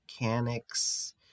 mechanics